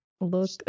look